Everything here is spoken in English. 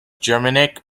germanic